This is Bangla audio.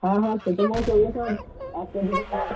হ্যাঁ হ্যাঁ ছোটো মাছ চল তো একটা দিই